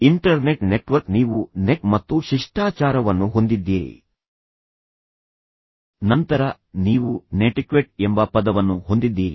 internet network ನೀವು net ಮತ್ತು ಶಿಷ್ಟಾಚಾರವನ್ನು ಹೊಂದಿದ್ದೀರಿ ನಂತರ ನೀವು ನೆಟಿಕ್ವೆಟ್ ಎಂಬ ಪದವನ್ನು ಹೊಂದಿದ್ದೀರಿ